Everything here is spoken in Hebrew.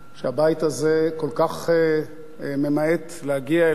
שהבית הזה כל כך ממעט להגיע אליהם.